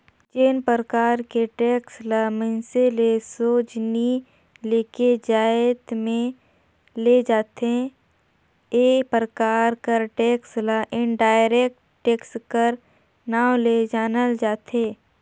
जेन परकार के टेक्स ल मइनसे ले सोझ नी लेके जाएत में ले जाथे ए परकार कर टेक्स ल इनडायरेक्ट टेक्स कर नांव ले जानल जाथे